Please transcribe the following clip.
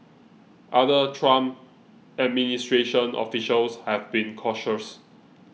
other Trump administration officials have been cautious